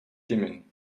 dimmen